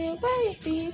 baby